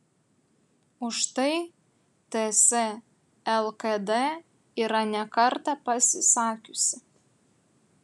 už tai ts lkd yra ne kartą pasisakiusi